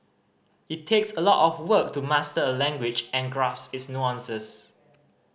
it takes a lot of work to master a language and grasp its nuances